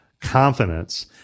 confidence